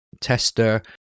tester